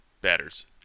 batters